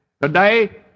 today